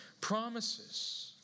promises